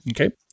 okay